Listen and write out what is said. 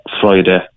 Friday